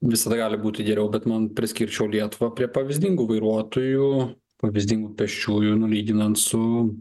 visada gali būti geriau bet man priskirčiau lietuvą prie pavyzdingų vairuotojų pavyzdingų pėsčiųjų nu lyginant su